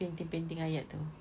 painting painting ayat tu